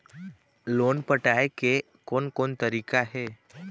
Loan पटाए के कोन कोन तरीका हे?